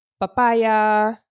papaya